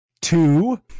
two